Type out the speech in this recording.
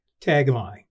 tagline